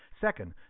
Second